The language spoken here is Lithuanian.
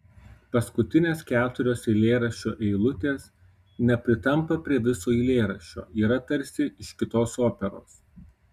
paskutinės keturios eilėraščio eilutės nepritampa prie viso eilėraščio yra tarsi iš kitos operos